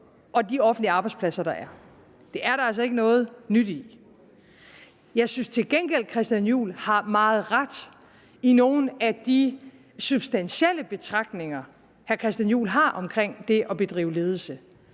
på de offentlige arbejdspladser, der er. Det er der altså ikke noget nyt i. Jeg synes til gengæld, hr. Christian Juhl har meget ret i nogle af de substantielle betragtninger, hr. Christian Juhl har omkring det at bedrive ledelse,